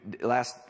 Last